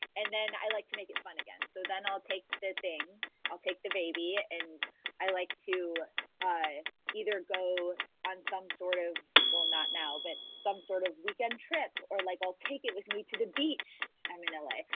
and then i like to make it fun again. so then i'll take the thing i'll take the baby and i like to either go on some sort of well, not now, but some sort of weekend trip or like i'll take it with me to the beach. i'm in la.